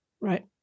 Right